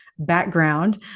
background